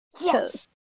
Yes